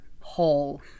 hole